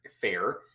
fair